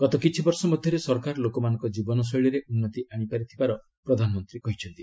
ଗତ କିଛି ବର୍ଷ ମଧ୍ୟରେ ସରକାର ଲୋକମାନଙ୍କ ଜୀବନ ଶୈଳୀରେ ଉନ୍ନତି ଆଶିପାରି ଥିବାର ପ୍ରଧାନମନ୍ତ୍ରୀ କହିଛନ୍ତି